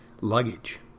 luggage